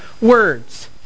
words